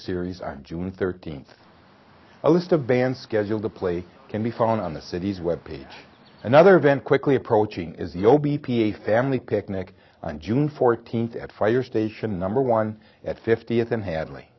series on june thirteenth a list of band scheduled to play can be phone on the city's web page another event quickly approaching is yo b p a family picnic on june fourteenth at fire station number one at fiftieth in hadley